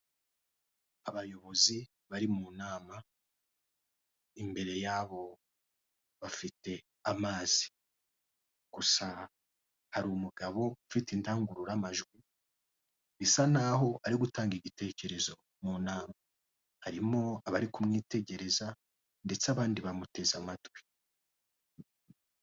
Abayobozi bari mu nama imbere yabo bafite amazi gusa hari umugabo ufite indangururamajwi bisa n'aho ari gutanga igitekerezo mu nama harimo abari kumwitegereza ndetse abandi bamuteze amatwi.